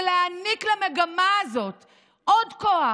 זה להעניק למגמה הזאת עוד כוח,